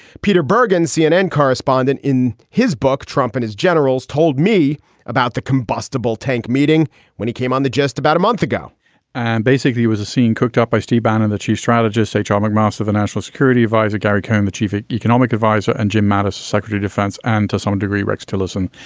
peter bergen, cnn correspondent. in his book, trump and his generals told me about the combustible tank meeting when he came on the just about a month ago and basically, it was a scene cooked up by steve bannon, the chief strategist, say charming mouse of the national security advisor, gary cohn, the chief economic adviser, and jim mattis, secretary, defense, and to some degree, rex tillerson,